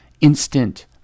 instant